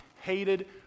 hated